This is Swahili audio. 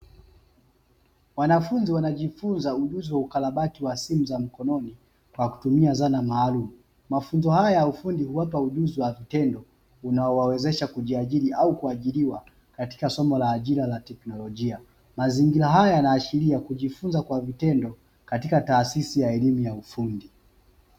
Wanafunzi wanajifunza ujuzi wa ukarabati wa simu za mkononi kwa kutumia zana maalumu, mafunzo haya ya ufundi huwapa ujuzi wa vitendo unaowawezesha kujiajiri au kuajiriwa katika somo la ajira ya teknolojia, mazingira haya yanaashiria kujifunza kwa vitendo katika taasisi ya elimu ya ufundi.